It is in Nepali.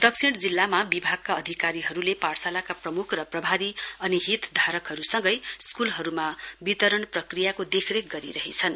दक्षिण जिल्लामा विभागकी अधिकारीहरुले पाठशालाका प्रमुख र प्रभारी अनि हितधारकहरुसँगै स्कूलहरुमा वितरण प्रक्रियाको देखरेख गरिरहेछन्